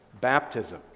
baptism